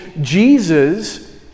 Jesus